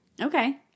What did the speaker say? Okay